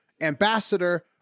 ambassador